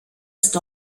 ist